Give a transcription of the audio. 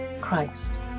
Christ